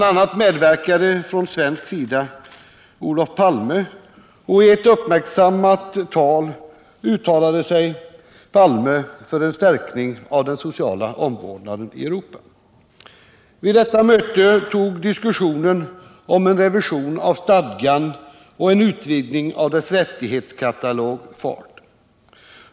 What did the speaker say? a. medverkade från svensk sida Olof Palme, och i ett uppmärksammat anförande uttalade han sig för en förstärkning av den sociala omvårdnaden i Europa. Vid detta möte tog diskussionen om en revision av stadgan och en utvidgning av dess rättighetskatalog fart.